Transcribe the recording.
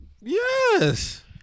Yes